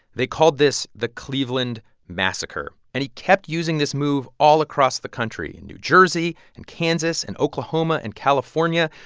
they called this the cleveland massacre. and he kept using this move all across the country and new jersey, in and kansas, in oklahoma and california.